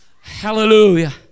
Hallelujah